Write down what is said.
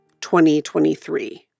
2023